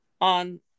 On